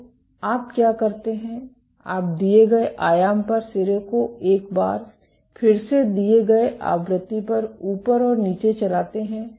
तो आप क्या करते हैं आप दिए गए आयाम पर सिरे को एक बार फिर से दिए गए आवृत्ति पर ऊपर और नीचे चलाते हैं